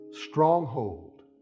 stronghold